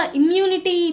immunity